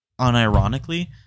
unironically